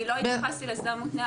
אני לא התייחסתי להסדר מותנה,